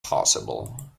possible